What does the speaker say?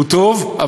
היא טובה,